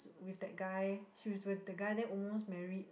with that guy she was with that guy then almost married